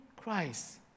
Christ